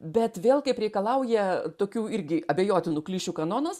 bet vėl kaip reikalauja tokių irgi abejotinų klišių kanonas